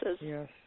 Yes